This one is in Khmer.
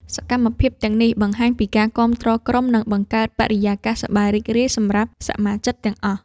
សកម្មភាពទាំងនេះបង្ហាញពីការគាំទ្រក្រុម និងបង្កើតបរិយាកាសសប្បាយរីករាយសម្រាប់សមាជិកទាំងអស់។